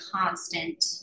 constant